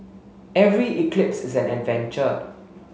every eclipse is an adventure